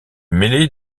mêlé